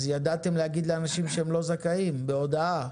אז ידעתם להגיד לאנשים שהם לא זכאים, בהודעה.